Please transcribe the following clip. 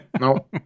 No